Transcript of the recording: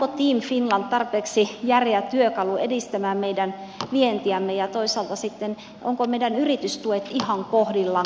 onko team finland tarpeeksi järeä työkalu edistämään meidän vientiämme ja toisaalta sitten ovatko meidän yritystuet ihan kohdillaan